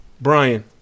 Brian